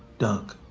dunk.